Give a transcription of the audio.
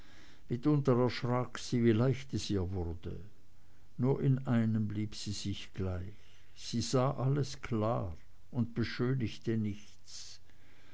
wie leicht es ihr wurde nur in einem blieb sie sich gleich sie sah alles klar und beschönigte nichts